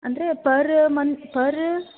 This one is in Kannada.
ಅಂದರೆ ಪರ್ ಮ ಪರ್